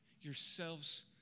yourselves